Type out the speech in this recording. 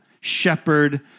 shepherd